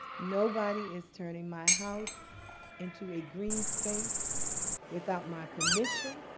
nobody is turning my house into a green space without my permission,